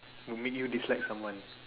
would make you dislike someone